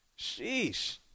Sheesh